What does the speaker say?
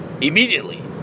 immediately